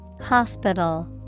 Hospital